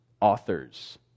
authors